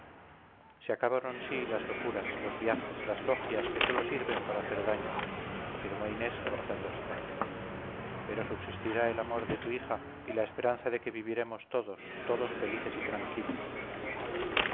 se acabaron sí las locuras los viajes las logias que sólo sirven para hacer daño afirmó inés abrazando a su padre pero subsistirá el amor de tu hija y la esperanza de que viviremos todos todos felices y tranquilos